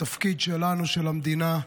התפקיד שלנו, של המדינה,